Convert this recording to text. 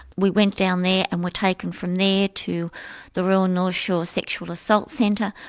we went down there and were taken from there to the royal and north shore sexual assault centre,